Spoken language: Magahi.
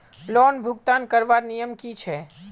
लोन भुगतान करवार नियम की छे?